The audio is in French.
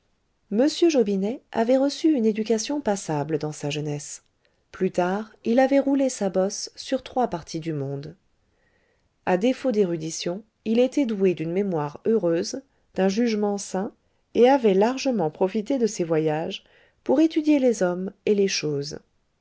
m jobinet avait reçu une éducation passable dans sa jeunesse plus tard il avait roulé sa bosse sur trois parties du monde a défaut d'érudition il était doué d'une mémoire heureuse d'un jugement sain et avait largement profité de ses voyages pour étudier les hommes et les choses